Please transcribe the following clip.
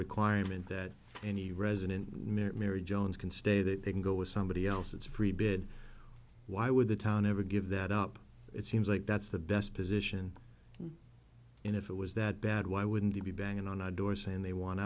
requirement that any resident mary jones can stay that they can go with somebody else it's free bid why would the town ever give that up it seems like that's the best position and if it was that bad why wouldn't they be banging on my door saying they want